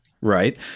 Right